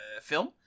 film